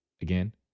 again